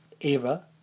Ava